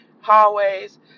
hallways